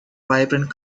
vibrant